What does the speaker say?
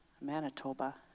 Manitoba